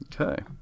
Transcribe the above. Okay